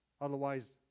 Otherwise